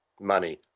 money